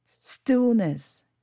stillness